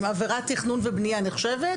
אם עבירת תכנון ובנייה נחשבת,